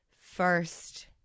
first